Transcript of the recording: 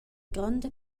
gronda